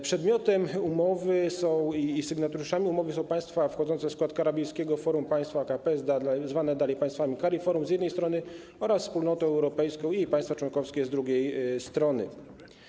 Przedmiotem umowy i sygnatariuszami umowy są państwa wchodzące w skład Karaibskiego Forum Państw AKP, zwane dalej państwami CARIFORUM, z jednej strony, oraz Wspólnota Europejska i jej państwa członkowskie, z drugiej strony.